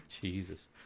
Jesus